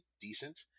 decent